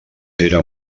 era